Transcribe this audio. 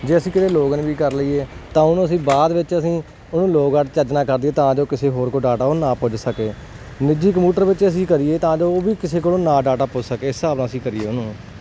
ਜੇ ਅਸੀਂ ਕਿਤੇ ਲੋਗਿਨ ਵੀ ਕਰ ਲਈਏ ਤਾਂ ਉਹਨੂੰ ਅਸੀਂ ਬਾਅਦ ਵਿੱਚ ਅਸੀਂ ਉਹਨੂੰ ਲੋਗਆਊਟ ਚੱਜ ਨਾਲ ਕਰ ਦਈਏ ਤਾਂ ਜੋ ਕਿਸੇ ਹੋਰ ਕੋਲ ਡਾਟਾ ਉਹ ਨਾ ਪੁੱਜ ਸਕੇ ਨਿੱਜੀ ਕੰਪਿਊਟਰ ਵਿੱਚ ਅਸੀਂ ਕਰੀਏ ਤਾਂ ਜੋ ਉਹ ਵੀ ਕਿਸੇ ਕੋਲੋਂ ਨਾ ਡਾਟਾ ਪੁੱਜ ਸਕੇ ਇਸ ਹਿਸਾਬ ਨਾਲ ਅਸੀਂ ਕਰੀਏ ਉਹਨੂੰ